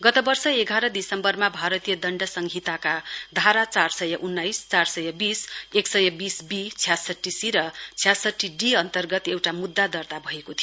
गत वर्ष एघार दिसम्वरमा भारतीय दण्ड संहिताका धारा चार सय उन्नाइसचार सय वीस एकसय वीसबी छ्यासठी सी र छ्यासठीडी अन्तर्गत एउटा मुद्दा दर्ता भएको थियो